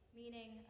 meaning